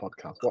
Podcast